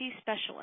specialist